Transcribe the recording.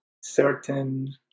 certain